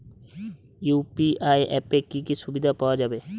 UPI অ্যাপে কি কি সুবিধা পাওয়া যাবে?